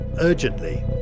urgently